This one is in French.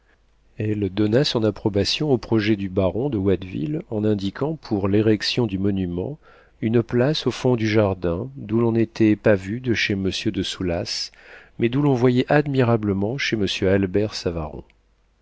elle donna son approbation au projet du baron de watteville en indiquant pour l'érection du monument une place au fond du jardin d'où l'on n'était pas vu de chez monsieur de soulas mais d'où l'on voyait admirablement chez monsieur albert savaron un